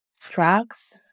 tracks